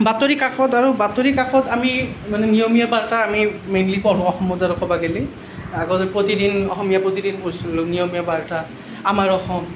বাতৰি কাকত আৰু বাতৰি কাকত আমি মানে নিয়মীয়া বাৰ্তা আমি মেইনলী পঢ়ো অসমত আৰু ক'ব গেলি আৰু প্ৰতিদিন অসমীয়া প্ৰতিদিন পঢ়িছিলোঁ নিয়মীয়া বাৰ্তা আমাৰ অসম